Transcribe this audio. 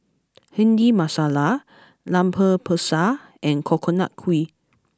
Bhindi Masala Lemper Pisang and Coconut Kuih